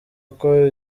uko